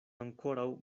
ankoraŭ